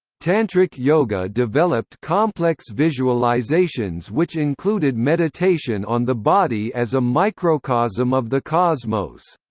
tantric yoga developed complex visualizations which included meditation on the body as a microcosm of the cosmos.